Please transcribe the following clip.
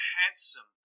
handsome